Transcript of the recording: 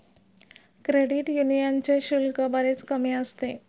credit यूनियनचे शुल्क बरेच कमी असते